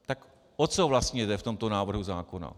Tak o co vlastně jde v tomto návrhu zákona?